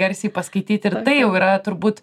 garsiai paskaityti ir tai jau yra turbūt